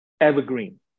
evergreen